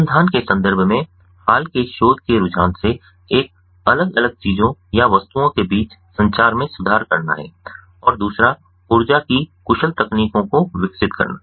अनुसंधान के संदर्भ में हाल के शोध के रुझान से एक अलग अलग चीजों या वस्तुओं के बीच संचार में सुधार करना है और दूसरा ऊर्जा की कुशल तकनीकों को विकसित करना